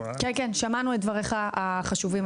שמענו היטב את דבריך החשובים.